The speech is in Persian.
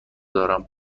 دارم